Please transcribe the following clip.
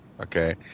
Okay